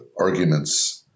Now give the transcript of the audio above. arguments